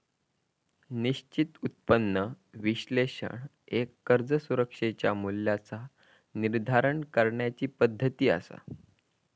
निश्चित उत्पन्न विश्लेषण एक कर्ज सुरक्षेच्या मूल्याचा निर्धारण करण्याची पद्धती असा